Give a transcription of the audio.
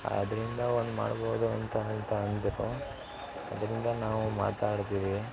ಆದ್ದರಿಂದ ಒಂದು ಮಾಡ್ಬೋದು ಅಂತ ಅಂತ ಅಂದ್ರು ಅದರಿಂದ ನಾವು ಮಾತಾಡಿದ್ವಿ